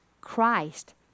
Christ